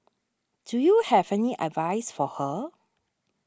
do you have any advice for her